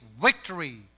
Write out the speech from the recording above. victory